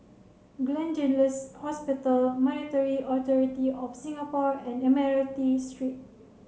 Gleneagles Hospital Monetary Authority Of Singapore and Admiralty Street